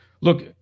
look